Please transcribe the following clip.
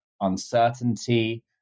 uncertainty